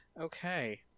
Okay